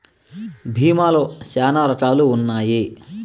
భీమా లో శ్యానా రకాలు ఉన్నాయి